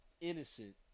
innocent